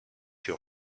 your